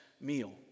meal